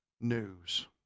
news